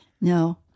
No